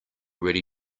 ready